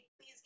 Please